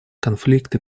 конфликты